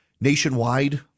Nationwide